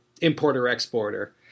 importer-exporter